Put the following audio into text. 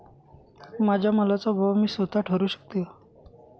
माझ्या मालाचा भाव मी स्वत: ठरवू शकते का?